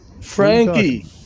Frankie